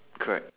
correct